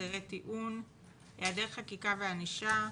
הסדרי טיעון היעדר חקיקה וענישה,